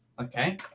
Okay